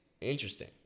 Interesting